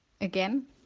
Again